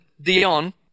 Dion